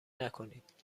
نکنید